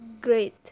great